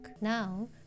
now